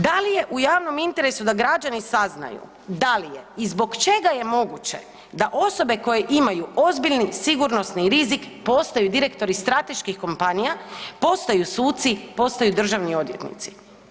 Da li je u javnom interesu da građani saznaju da li je i zbog čega je moguće da osobe koje imaju ozbiljni sigurnosni rizik postaju direktori strateških kompanija, postaju suci, postaju državni odvjetnici?